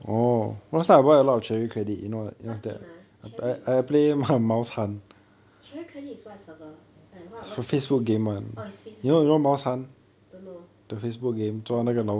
what game ah cherry is cherry credit is what server like what what's the place don't know no